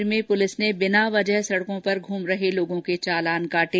जैसलमेर में भी पुलिस ने बिना वजह सड़कों पर घूम रहे लोगों के चालान काटे